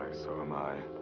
so am i.